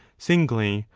singly,